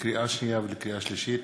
לקריאה שנייה ולקריאה שלישית: